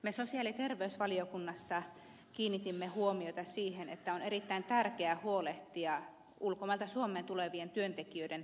me sosiaali ja terveysvaliokunnassa kiinnitimme huomiota siihen että on erittäin tärkeää huolehtia ulkomailta suomeen tulevien työntekijöiden eläkevakuuttamiskokonaisuudesta